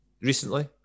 recently